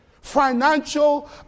financial